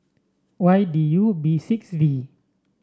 Y D U B six V